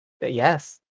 Yes